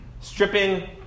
stripping